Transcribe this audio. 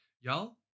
Y'all